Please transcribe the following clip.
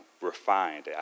refined